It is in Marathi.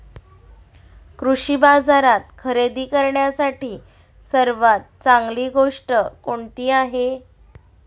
कृषी बाजारात खरेदी करण्यासाठी सर्वात चांगली गोष्ट कोणती आहे?